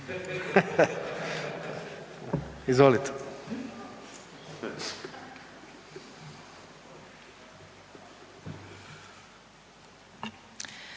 Izvolite.